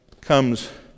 comes